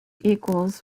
equals